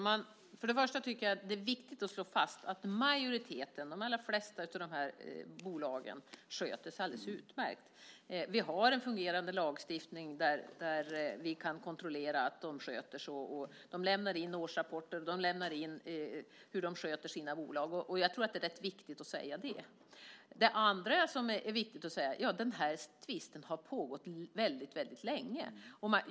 Herr talman! Först tycker jag att det är viktigt att slå fast att majoriteten, de allra flesta, av de här bolagen sköter sig alldeles utmärkt. Vi har en fungerande lagstiftning där vi kan kontrollera att de sköter sig. De lämnar in årsrapporter och dokumenterar hur de sköter sina bolag. Jag tror att det är rätt viktigt att säga det. Det andra som det är viktigt att säga är att den här tvisten har pågått väldigt länge.